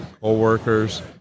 co-workers